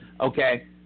Okay